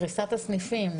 פריסת הסניפים,